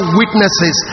witnesses